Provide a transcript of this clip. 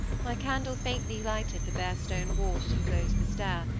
my candle faintly lighted the bare stone wall that enclosed the stair,